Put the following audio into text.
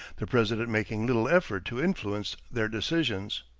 the president making little effort to influence their decisions.